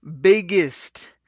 biggest